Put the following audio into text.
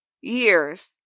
years